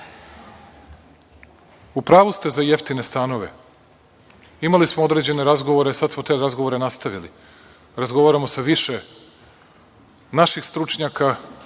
pravu ste za jeftine stanove. Imali smo određene razgovore. Sada smo te razgovore nastavili. Razgovaramo sa više naših stručnjaka